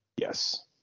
Yes